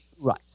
right